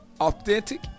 authentic